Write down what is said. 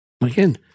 Again